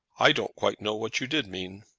i don't quite know what you did mean.